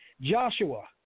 Joshua